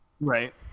Right